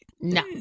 No